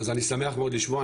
אז אני שמח מאוד לשמוע,